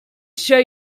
show